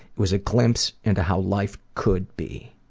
it was a glimpse into how life could be.